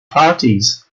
parties